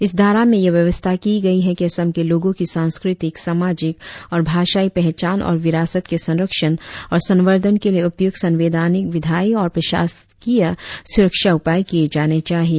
इस धारा में यह व्यवस्था की गई है कि असम के लोगों की सांस्क्रतिक सामाजिक और भाषायी पहचान और विरासत के संरक्षण और संवर्धन के लिए उपयुक्त संवैधानिक विधायी और प्रशासकीय सुरक्षा उपाय किए जाने चाहिए